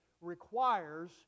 requires